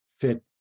fit